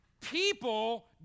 people